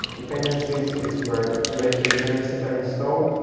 dependencies is where elixir dependencies are installed.